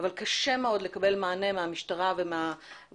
אבל קשה מאוד לקבל מענה מהמשטרה ומהגופים